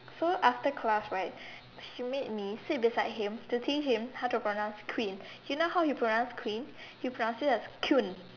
so after class right she made me sit beside him to teach him how to pronounce queen you know how he pronounced queen he pronounced it as Kun